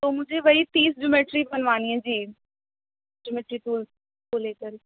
تو مجھے وہی تیس جیومیٹری بنوانی ہے جی جیومیٹری ٹولس کو لے کر